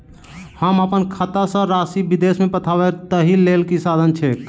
हम अप्पन खाता सँ राशि विदेश मे पठवै ताहि लेल की साधन छैक?